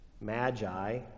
magi